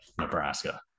Nebraska